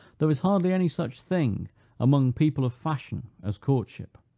there is hardly any such thing among people of fashion as courtship.